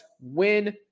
win